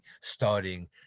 starting